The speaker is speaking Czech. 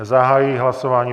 Zahajuji hlasování.